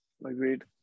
agreed